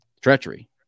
treachery